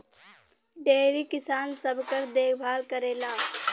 dairy किसान सबकर देखभाल करेला